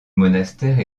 monastère